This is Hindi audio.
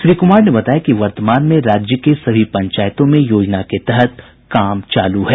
श्री कुमार ने बताया कि वर्तमान में राज्य के सभी पंचायतों में योजना के तहत काम चालू है